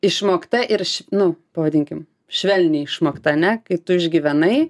išmokta ir š nu pavadinkim švelniai išmokta ne kai tu išgyvenai